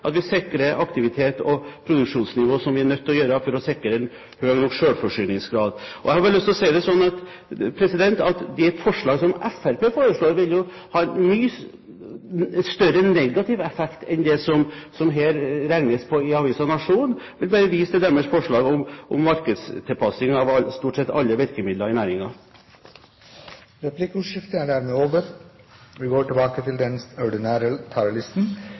at vi sikrer aktivitet og produksjonsnivå, som vi er nødt til å gjøre for å sikre en høy nok selvforsyningsgrad. Jeg har bare lyst til å si det sånn at de forslag som Fremskrittspartiet fremmer, vil ha en mye større negativ effekt enn det det her regnes på i avisen Nationen. Det er bare å vise til deres forslag om markedstilpasning av stort sett alle virkemidler i næringen. Replikkordskiftet er dermed over. Aller først vil jeg si at jeg slutter meg helt til saksordførernes særdeles gode redegjørelse for de innstillingene vi